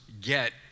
get